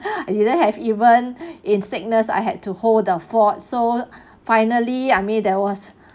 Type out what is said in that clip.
I didn't have even in sickness I had to hold the fort so finally I mean that was